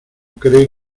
cree